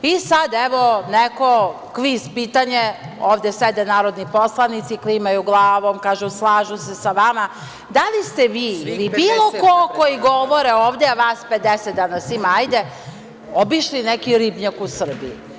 I, sad, evo neko kviz pitanje, ovde sede narodni poslanici, klimaju glavom, kažu slažu se sa vama, da li ste vi ili bilo ko ko govori ovde, a vas 50 danas ima, obišli neki ribnjak u Srbiji?